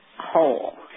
whole